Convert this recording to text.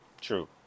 True